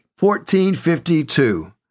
1452